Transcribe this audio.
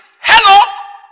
Hello